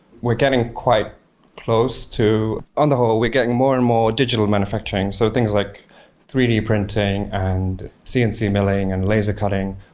we're getting quite close to on the whole, we're getting more and more digital manufacturing, so things like three d printing and cnc milling and laser cutting.